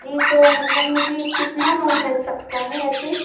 जी तो मतलब मुझे कितना लोन मिल सकता है ऐसे